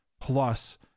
Plus